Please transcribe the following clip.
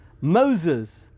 Moses